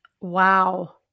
Wow